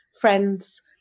friends